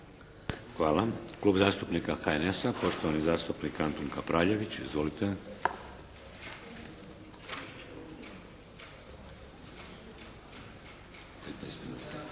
Hvala. Klub zastupnika HNS-a, poštovani zastupnik Antun Kapraljević. Izvolite.